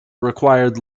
required